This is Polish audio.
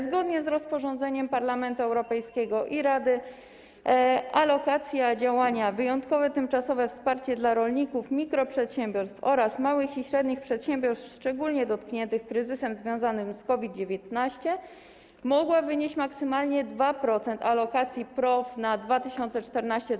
Zgodnie z rozporządzeniem Parlamentu Europejskiego i Rady alokacja działania: Wyjątkowe tymczasowe wsparcie dla rolników, mikroprzedsiębiorstw oraz małych i średnich przedsiębiorstw szczególnie dotkniętych kryzysem związanym z COVID-19 może wynieść maksymalnie 2% alokacji PROW na lata 2014–2020.